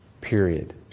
period